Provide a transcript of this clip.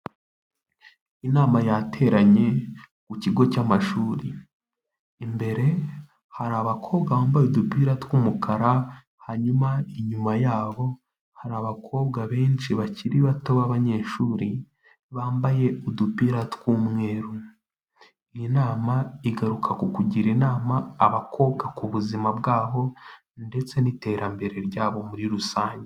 Inama yateranye ku kigo cy'amashuri ,imbere hari abakobwa bambaye udupira tw'umukara ,hanyuma inyuma yabo hari abakobwa benshi bakiri bato b'abanyeshuri bambaye udupira tw'umweru . Iyi nama igaruka ku kugira inama abakobwa ku buzima bwabo ndetse n'iterambere ryabo muri rusange.